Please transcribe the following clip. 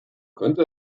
könnte